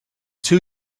two